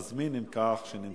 מזמין את חבר הכנסת ניצן הורוביץ,